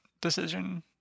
decision